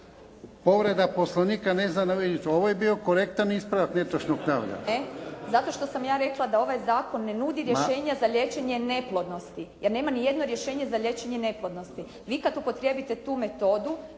Povreda Poslovnika. Ne znam da li vidite? Ovo je bio korektan ispravak netočnog navoda. **Petir, Marijana (HSS)** E zato što sam ja rekla da ovaj zakon ne nudi rješenja za liječenje neplodnosti. Jer nema ni jedno rješenje za liječenje neplodnosti. Vi kad upotrijebite tu metodu